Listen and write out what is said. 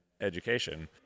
education